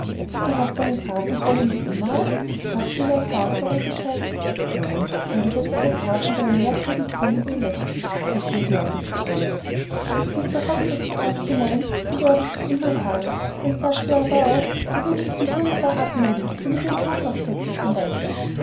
du hast deine grafenkrone nicht immer auf fragte lord fauntleroy bescheiden nein erwiderte der graf mit seinem merkwürdig grimmigen lächeln sie steht mir nicht besonders mr hobbs hat zuerst gemeint du werdest sie immer tragen dann sagte er aber auch du werdest sie hier und da ablegen wenn du den hut aufsetzest zum beispiel